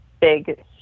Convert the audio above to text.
big